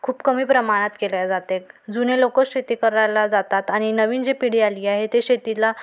खूप कमी प्रमाणात केल्या जाते जुने लोकं शेती करायला जातात आणि नवीन जे पिढी आली आहे ते शेतीला